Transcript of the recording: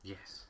Yes